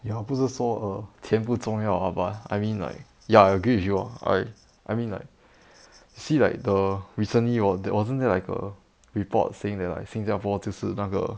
ya 不是说 err 钱不重要 ah but I mean like ya I agree with you lor I I mean like see like the recently or that wasn't there like a report saying that like 新加坡就是那个